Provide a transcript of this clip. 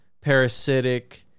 parasitic